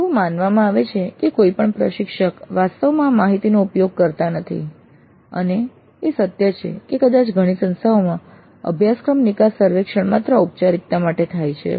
એવું માનવામાં આવે છે કે કોઈ પણ પ્રશિક્ષક વાસ્તવમાં આ માહિતીનો ઉપયોગ કરતા નથી અને એ સત્ય છે કે કદાચ ઘણી સંસ્થાઓમાં અભ્યાસક્રમ નિકાસ સર્વેક્ષણ માત્ર ઔપચારિકતા માટે થાય છે